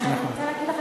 אבל אני רוצה להגיד לך,